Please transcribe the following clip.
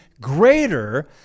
greater